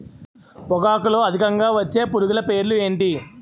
పొగాకులో అధికంగా వచ్చే పురుగుల పేర్లు ఏంటి